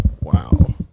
Wow